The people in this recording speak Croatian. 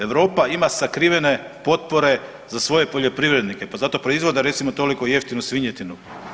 Europa ima sakrivene potpore za svoje poljoprivrednike, pa zato proizvode recimo toliko jeftinu svinjetinu.